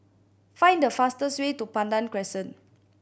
find the fastest way to Pandan Crescent